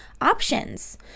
options